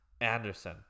anderson